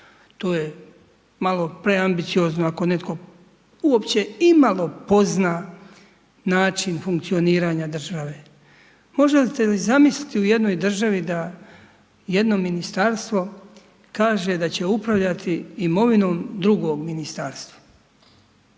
to je malo preambiciozno, ako netko uopće imalo pozna način funkcioniranje države. Možete li zamisliti u jednoj državi, da jedno ministarstvo kaže da će upravljati imovinom drugog ministarstva.